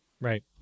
right